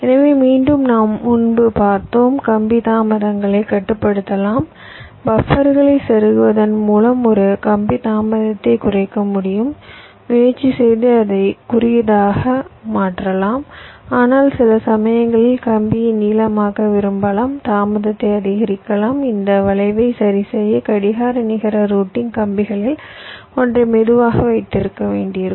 எனவே மீண்டும் நாம் முன்பு பார்த்தோம் கம்பி தாமதங்களை கட்டுப்படுத்தலாம் பஃப்பர்களை செருகுவதன் மூலம் ஒரு கம்பி தாமதத்தை குறைக்க முடியும் முயற்சி செய்து அதை குறுகியதாக மாற்றலாம் ஆனால் சில சமயங்களில் கம்பியை நீளமாக்க விரும்பலாம் தாமதத்தை அதிகரிக்கலாம் இந்த வளைவை சரிசெய்ய கடிகார நிகர ரூட்டிங் கம்பிகளில் ஒன்றை மெதுவாக்க வேண்டியிருக்கும்